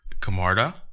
Camarda